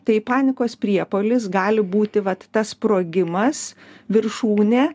tai panikos priepuolis gali būti vat tas sprogimas viršūnė